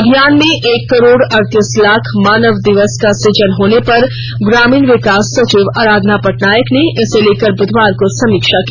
अभियान में एक करोड़ अड़तीस लाख मानव दिवस का सुजन होने पर ग्रामीण विकास सचिव आराधना पटनायक ने इसको लेकर बुधवार को समीक्षा की